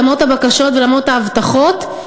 למרות הבקשות ולמרות ההבטחות,